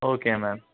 okay ma'am